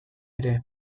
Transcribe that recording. ere